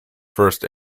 first